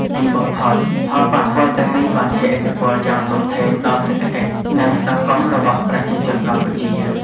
ទីបំផុត ផលប៉ះពាល់ទាំងនេះបានជះឥទ្ធិពលយ៉ាងធំធេងដល់សេដ្ឋកិច្ច និងសង្គមរបស់ប្រជាជនកម្ពុជា។